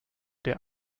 der